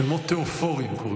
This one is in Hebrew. שמות תיאופוריים, קוראים לזה.